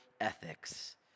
ethics